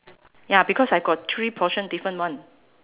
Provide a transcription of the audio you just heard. ya because I got three portion different one